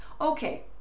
Okay